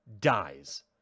dies